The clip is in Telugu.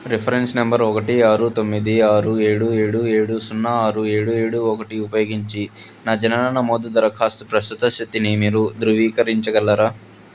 రిఫరెన్స్ నెంబర్ ఒకటి ఆరు తొమ్మిది ఆరు ఏడు ఏడు ఏడు సున్నా ఆరు ఏడు ఏడు ఒకటి ఉపయోగించి నా జనన నమోదు దరఖాస్తు ప్రస్తుత స్థితిని మీరు ధృవీకరించగలరా